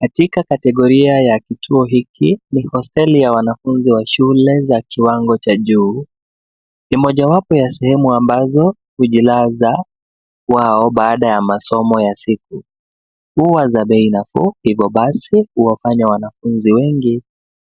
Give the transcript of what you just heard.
Katika kategoria ya kituo hiki ni hosteli ya wanafunzi wa shule za kiwango cha juu ni mojawapo ya sehemu ambazo hujilaza kwao baada ya masomo ya siku, huwa za bei nafuu hivyo basi huwafanya wanafunzi wengi